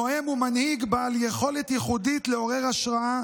נואם ומנהיג בעל יכולת ייחודית לעורר השראה